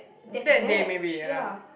that batch ya